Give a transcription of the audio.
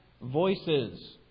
voices